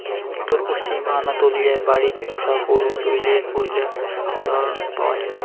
উত্তর পশ্চিম আনাতোলিয়ায় বাড়িত পোষা গরু চইলের পৈলা উদাহরণ পাওয়া যায়